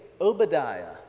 Obadiah